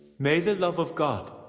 may the love of god